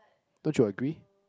don't you agree